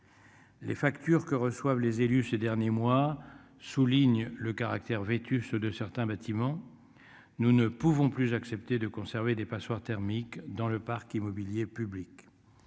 Les factures que reçoivent les élus ces derniers mois, souligne le caractère vétuste de certains bâtiments. Nous ne pouvons plus accepter de conserver des passoires thermiques dans le parc immobilier public.